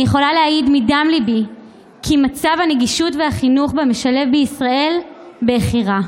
אני יכולה להעיד מדם ליבי כי מצב הנגישות והחינוך המשלב בישראל בכי רע,